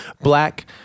black